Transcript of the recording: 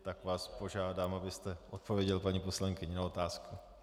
Tak vás požádám, abyste odpověděl paní poslankyni na otázku.